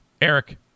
Eric